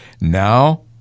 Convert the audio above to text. Now